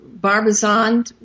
Barbizon